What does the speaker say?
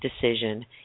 decision